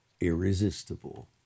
irresistible